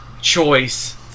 choice